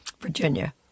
Virginia